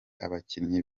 abakinnyi